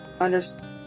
understand